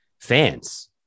fans